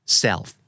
self